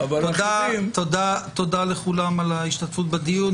תודה לכולם על ההשתתפות בדיון.